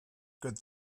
good